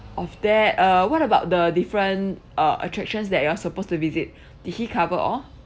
of there uh what about the different uh attractions that you are supposed to visit did he cover all